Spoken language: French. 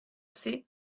sait